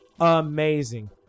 amazing